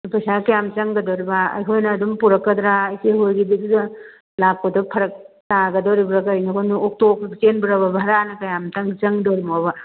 ꯄꯩꯁꯥ ꯀꯌꯥꯝ ꯆꯪꯒꯗꯣꯔꯤꯕ ꯑꯩꯈꯣꯏꯅ ꯑꯗꯨꯝ ꯄꯨꯔꯛꯀꯗ꯭ꯔ ꯏꯆꯦ ꯍꯣꯏꯒꯤꯗꯨꯗ ꯂꯥꯛꯄꯗꯨ ꯐꯔꯛ ꯇꯥꯒꯗꯣꯔꯤꯕ꯭ꯔ ꯀꯔꯤꯅꯣ ꯈꯪꯗꯦ ꯑꯣꯛꯇꯣ ꯆꯦꯟꯕ꯭ꯔꯕ ꯚꯥꯔꯥꯅ ꯀꯌꯥꯝ ꯆꯪꯗꯣꯔꯤꯅꯣꯕ